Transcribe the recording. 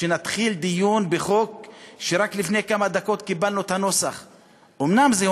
נתחיל דיון בחוק שרק לפני כמה דקות קיבלנו את הנוסח שלו.